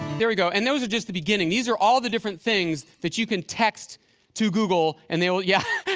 here we go. and those are just the beginning. these are all the different things that you can text to google and they will yeah!